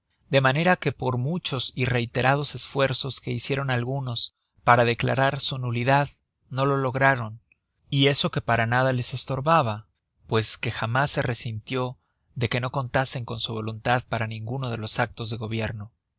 de manera que por muchos y reiterados esfuerzos que hicieron algunos para declarar su nulidad no lo lograron y eso que para nada les estorbaba pues que jamás se resintió de que no contasen con su voluntad para ninguno de los actos de gobierno